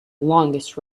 longest